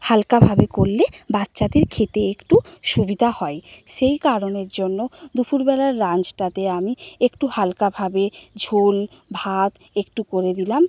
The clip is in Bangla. হালকাভাবে করলে বাচ্চাদের খেতে একটু সুবিধা হয় সেই কারণের জন্য দুপুরবেলার লাঞ্চটাতে আমি একটু হালকাভাবে ঝোল ভাত একটু করে দিলাম